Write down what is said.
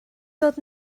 dod